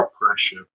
pressure